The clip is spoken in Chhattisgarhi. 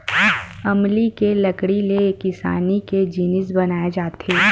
अमली के लकड़ी ले किसानी के जिनिस बनाए जाथे